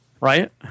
right